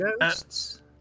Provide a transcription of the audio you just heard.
ghosts